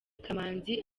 kamanzi